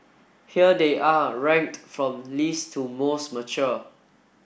here they are ranked from least to most mature